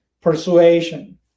persuasion